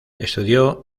estudió